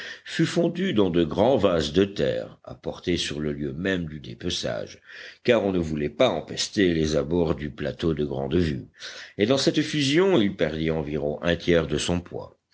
fut fondu dans de grands vases de terre apportés sur le lieu même du dépeçage car on ne voulait pas empester les abords du plateau de grande vue et dans cette fusion il perdit environ un tiers de son poids